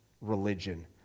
religion